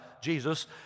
Jesus